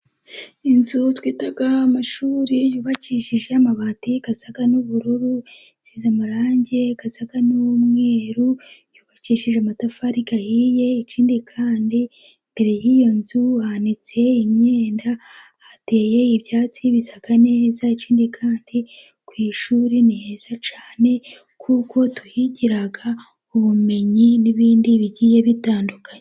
Inzu twita amashuri yubakishije amabati asa n'ubururu, asize amarangi asa n'umweru, yubakishije amatafari ahiye, ikindi kandi imbere y'iyo nzu hamanitse imyenda, hateye ibyatsi bisa neza. Ikindi kandi ku ishuri ni heza cyane, kuko tuhigira ubumenyi n'ibindi bigiye bitandukanye.